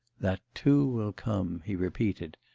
that too will come he repeated,